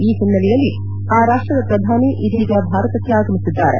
ಈ ಹಿನ್ನೆಲೆಯಲ್ಲಿ ಆ ರಾಷ್ಟದ ಪ್ರಧಾನಿ ಇದೀಗ ಭಾರತಕ್ಕೆ ಆಗಮಿಸಿದ್ದಾರೆ